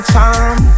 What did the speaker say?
time